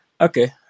Okay